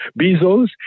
Bezos